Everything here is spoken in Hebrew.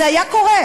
זה היה קורה,